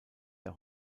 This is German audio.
der